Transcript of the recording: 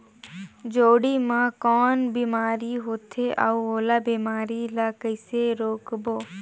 जोणी मा कौन बीमारी होथे अउ ओला बीमारी ला कइसे रोकबो?